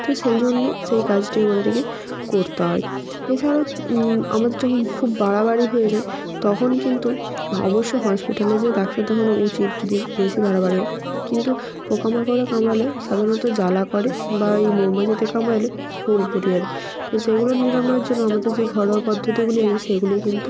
তো সেই জন্য সেই কাজটি আমাদেরকে করতে হয় এছাড়াও আমাদের যখন খুব বাড়াবাড়ি হয়ে যায় তখন কিন্তু অবশ্য হসপিটালে যেয়ে ডাক্তার দেখানো উচিত যদি বেশি বাড়াবাড়ি হয় কিন্তু পোকা মাকড়ে কামড়ালে সাধারণত জ্বালা করে বা এই মৌমাছিতে কামড়ালে হুল ফুটিয়ে দেয় তো সেগুলো নিরাময়ের জন্য আমাদের যে ঘরোয়া পদ্ধতিগুলি আছে সেগুলি কিন্তু